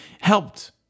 helped